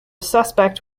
suspect